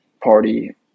party